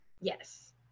Yes